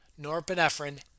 norepinephrine